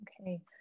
Okay